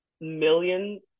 millions